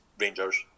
Rangers